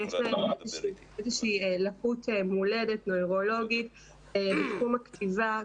שיש להם איזושהי לקות מולדת נוירולוגית בתחום הכתיבה,